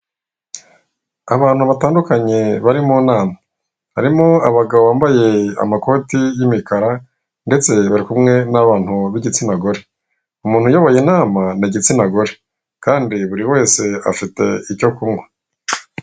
Abantu batandukanye bari mu nama. Harimo abagabo bambaye amakoti y'imikara, ndetse bari kumwe n'abantu b'igitsina gore. Umuntu uyoboye inama ni igitsina gore. Kandi buri wese afite icyo kunywa.